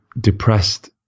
depressed